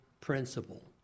principle